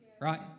right